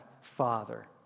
father